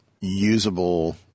usable